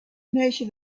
measure